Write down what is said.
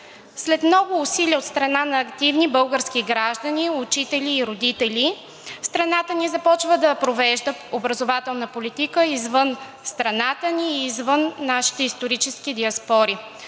След много усилия от страна на активни български граждани, учители и родители, страната ни започва да провежда образователна политика извън страната ни и извън нашите исторически диаспори